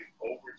over